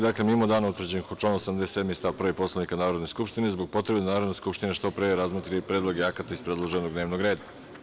Dakle, mimo dana utvrđenih u članu 87. stav 1. Poslovnika Narodne skupštine, zbog potrebe da Narodna skupština što pre razmotri Predloge akata iz predloženog dnevnog reda.